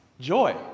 Joy